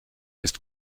ist